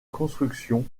construction